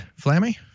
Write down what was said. Flammy